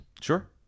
Sure